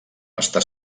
està